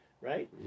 Right